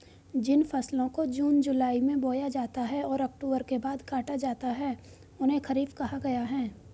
जिन फसलों को जून जुलाई में बोया जाता है और अक्टूबर के बाद काटा जाता है उन्हें खरीफ कहा गया है